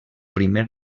primer